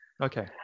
Okay